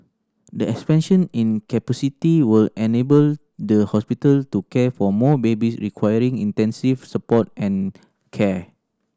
the expansion in capacity will enable the hospital to care for more babies requiring intensive support and care